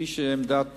כפי שהיתה עמדת